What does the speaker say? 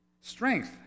Strength